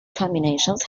combinations